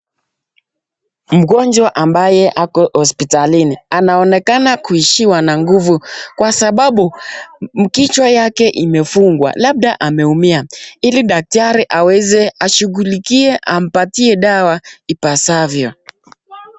Mgonjwa ambaye ako hospitalini anaonekana kuishiwa na nguvu kwa sababu kichwa yake imefungwa, labda ameumia hili daktari aweze ashughulikie apatie dawa ipasavyo.